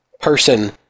person